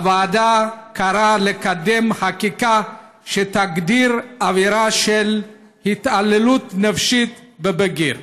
הוועדה קראה לקדם חקיקה שתגדיר עבירה של התעללות נפשית בבגיר.